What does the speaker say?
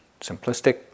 simplistic